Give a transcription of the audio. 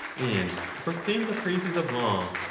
and to proclaim the praises of law,